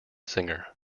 singer